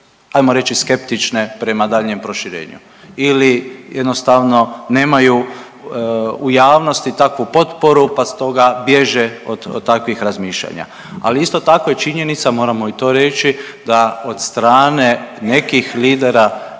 hajmo reći skeptične prema daljnjem proširenju ili jednostavno nemaju u javnosti takvu potporu, pa stoga bježe od takvih razmišljanja. Ali isto tako je i činjenica, moramo i to reći da od strane nekih lidera